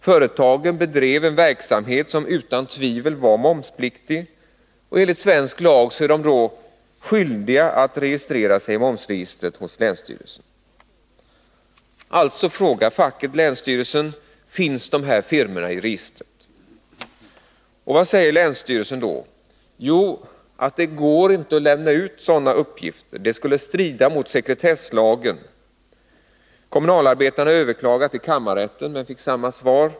Företagen bedrev en verksamhet som utan tvivel var momspliktig, och enligt svensk lag är de då skyldiga att registrera sig i momsregistret hos länsstyrelsen. Därför frågade facket länsstyrelsen: Finns dessa firmor i registret? Vad säger då länsstyrelsen? Jo, att det inte går att lämna ut sådana uppgifter, för det skulle strida mot sekretesslagen. Kommunalarbetarna överklagade till kammarrätten, men fick samma svar.